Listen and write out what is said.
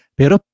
pero